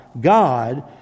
God